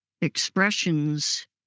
expressions